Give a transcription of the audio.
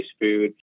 food